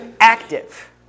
active